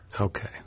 Okay